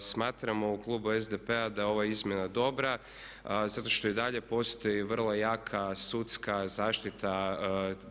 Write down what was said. Smatramo u klubu SDP-a da je ova izmjena dobra zato što i dalje postoji vrlo jaka sudska zaštita